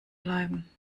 bleiben